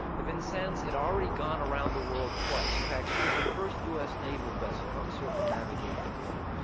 the vincennes had already gone around the world twice. in fact she was the first us naval vessel to circumnavigate the globe.